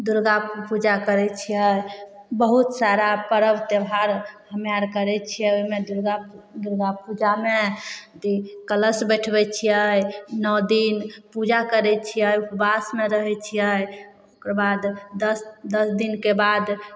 दुर्गा पूजा करय छियै बहुत सारा पर्व त्योहार हमरा अर करय छियै ओइमे दुर्गा दुर्गा पूजामे कलश बैठबय छियै नओ दिन पूजा करय छियै उपवासमे रहय छियै ओकर बाद दस दस दिनके बाद